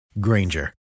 Granger